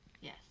yes